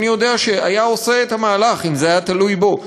שאני יודע שהיה עושה את המהלך לו זה היה תלוי בו.